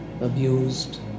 abused